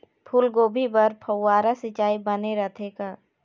फूलगोभी बर फव्वारा सिचाई बने रथे का?